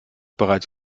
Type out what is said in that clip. bereits